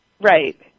Right